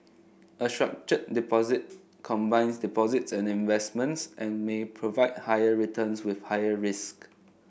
a structured deposit combines deposits and investments and may provide higher returns with higher risk